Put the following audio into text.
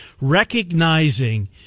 recognizing